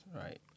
right